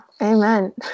amen